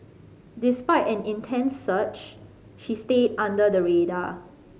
despite an intense search she stayed under the radar